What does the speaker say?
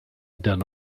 done